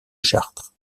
chartres